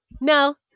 No